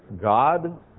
God